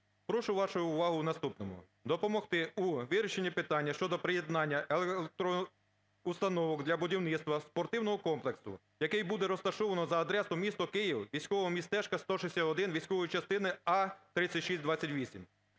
Прошу вашої уваги в наступному: допомогти у вирішенні питання електроустановок для будівництва спортивного комплексу, який буде розташовано за адресою місто Київ, військове містечко 161, військової частини А3628.